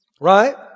Right